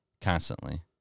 constantly